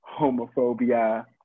homophobia